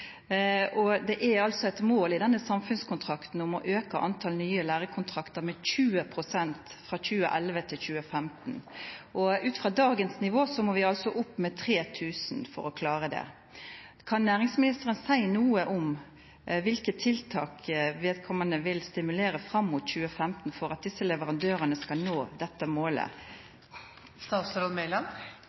Det er altså et mål i denne samfunnskontrakten å øke antall nye lærekontrakter med 20 pst. fra 2011 til 2015. Ut fra dagens nivå må vi altså opp med 3 000 for å klare det. Kan næringsministeren si noe om hvilke tiltak hun vil stimulere til fram mot 2015 for at disse leverandørene skal nå dette målet?